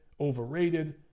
overrated